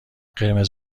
قرمز